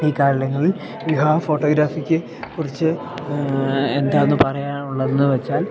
ഈ കാലങ്ങളിൽ വിവാഹ ഫോട്ടോഗ്രാഫിക്ക് കുറിച്ച് എന്താന്ന് പറയാനുള്ളതെന്നുവെച്ചാൽ